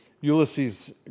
Ulysses